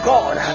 God